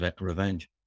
revenge